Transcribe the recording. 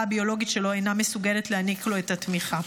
הביולוגית שלו אינה מסוגלת להעניק לו את התמיכה.